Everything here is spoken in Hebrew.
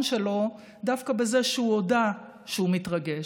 שלו דווקא בזה שהוא הודה שהוא מתרגש.